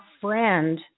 friend